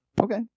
Okay